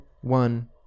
one